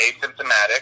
asymptomatic